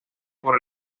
por